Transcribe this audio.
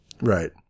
Right